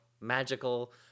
magical